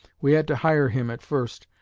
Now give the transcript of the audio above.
we had to hire him at first,